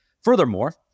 Furthermore